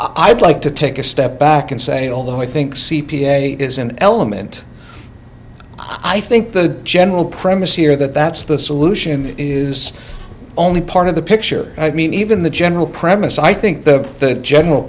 i'd like to take a step back and say although i think c p a is an element i think the general premise here that that's the solution is only part of the picture i mean even the general premise i think the general